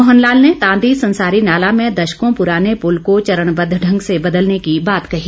मोहन लाल ने तांदी संसारी नाला में दशकों पुराने पुल को चरणबद्व ढंग से बदलने की बात कही